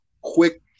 quick